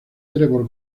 trevor